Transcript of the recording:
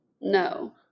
No